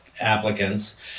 applicants